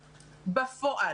בפועל.